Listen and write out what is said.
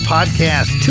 Podcast